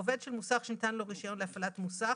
עובד של מוסך שניתן לו רישיון להפעלת מוסך,